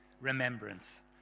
Remembrance